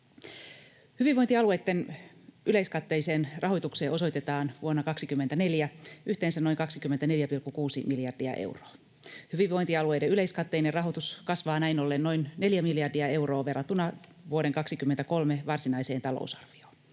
Hyvinvointialueitten yleiskatteiseen rahoitukseen osoitetaan vuonna 2024 yhteensä noin 24,6 miljardia euroa. Hyvinvointialueiden yleiskatteinen rahoitus kasvaa näin ollen noin 4 miljardia euroa verrattuna vuoden 2023 varsinaiseen talousarvioon.